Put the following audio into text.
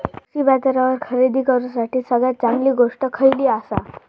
कृषी बाजारावर खरेदी करूसाठी सगळ्यात चांगली गोष्ट खैयली आसा?